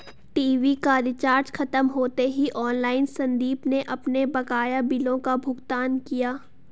TV का recharge खत्म होते ही ऑनलाइन संदीप ने अपने बकाया बिलों का भुगतान किया